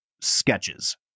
sketches